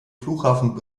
flughafen